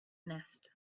nest